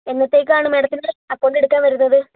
എന്നത്തേക്ക് ആണ് മാഡത്തിന് അക്കൌണ്ട് എടുക്കാൻ വരുന്നത്